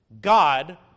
God